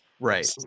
right